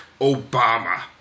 Obama